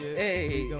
hey